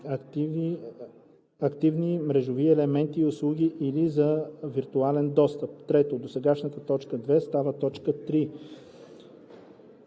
активни мрежови елементи и услуги или за виртуален достъп;“. 3. Досегашната т. 2 става т. 3.